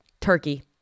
turkey